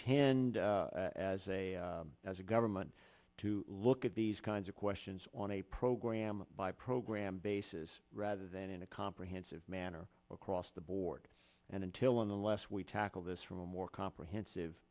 as a government to look at these kinds of questions on a program by program basis rather than in a comprehensive manner across the board and until unless we tackle this from a more comprehensive